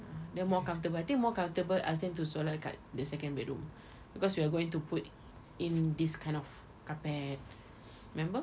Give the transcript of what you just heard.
ah there more comfortable I think more comfortable ask them to solat dekat the second bedroom because we are going to put in this kind of carpet remember